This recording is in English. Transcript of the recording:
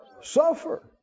Suffer